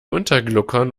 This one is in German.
untergluckern